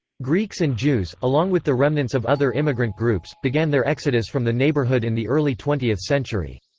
greeks and jews, along with the remnants of other immigrant groups, began their exodus from the neighborhood in the early twentieth century.